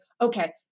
Okay